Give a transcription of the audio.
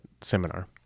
seminar